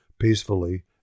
peacefully